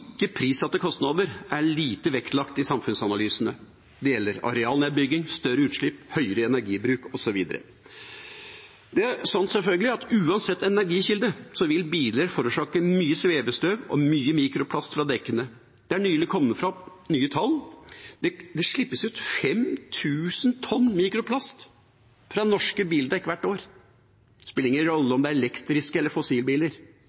kostnader er lite vektlagt i samfunnsanalysene. Det gjelder arealnedbygging, større utslipp, høyere energibruk, osv. Uansett energikilde vil biler forårsake mye svevestøv og mye mikroplast fra dekkene. Det har nylig kommet fram nye tall: Det slippes ut 5 000 tonn mikroplast fra norske bildekk hvert år. Det spiller ingen rolle om det er elektriske biler eller fossilbiler;